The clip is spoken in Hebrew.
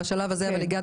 בשלב הזה הגעת